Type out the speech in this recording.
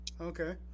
Okay